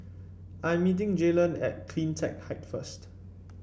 I'm meeting Jaylan at CleanTech Height first